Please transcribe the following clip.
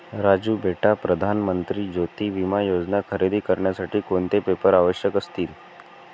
राजू बेटा प्रधान मंत्री ज्योती विमा योजना खरेदी करण्यासाठी कोणते पेपर आवश्यक असतील?